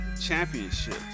Championship